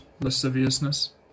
lasciviousness